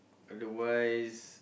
otherwise